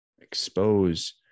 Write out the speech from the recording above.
expose